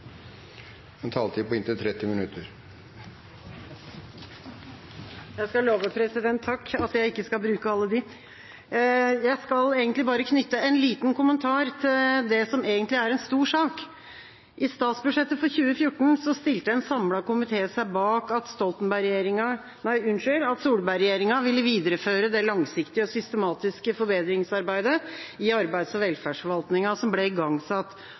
en taletid på inntil 30 minutter. Jeg skal love at jeg ikke skal bruke alle dem! Jeg skal knytte en liten kommentar til det som egentlig er en stor sak. I statsbudsjettet for 2014 stilte en samlet komité seg bak at Solberg-regjeringa ville videreføre det langsiktige og systematiske forbedringsarbeidet i arbeids- og velferdsforvaltninga som ble igangsatt